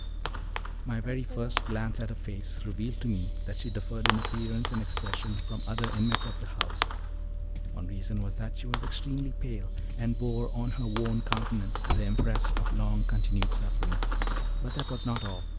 my very first glance at her face revealed to me that she differed in appearance and expression from other inmates of the house one reason was that she was extremely pale, and bore on her worn countenance the impress of long-continued suffering but that was not all.